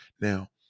Now